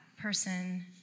person